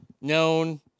known